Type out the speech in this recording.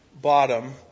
bottom